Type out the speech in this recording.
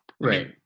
Right